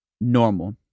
normal